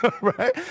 right